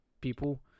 people